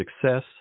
success